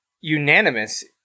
unanimous